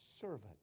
servant